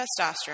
testosterone